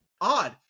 odd